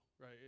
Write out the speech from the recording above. right